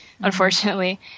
unfortunately